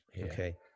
Okay